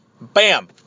bam